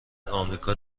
آمریکا